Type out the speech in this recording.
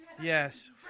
Yes